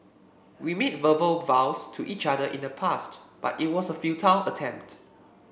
we made verbal vows to each other in the past but it was a futile attempt